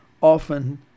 often